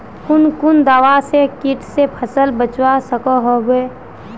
कुन कुन दवा से किट से फसल बचवा सकोहो होबे?